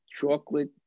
chocolate